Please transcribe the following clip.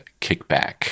kickback